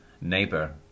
neighbor